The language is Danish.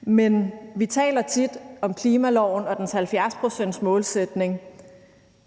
Men vi taler tit om klimaloven og dens 70-procentsmålsætning